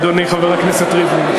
אדוני חבר הכנסת ריבלין.